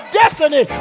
destiny